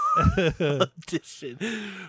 audition